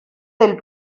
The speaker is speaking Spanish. del